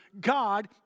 God